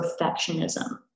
perfectionism